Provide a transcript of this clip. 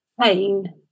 pain